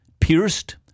pierced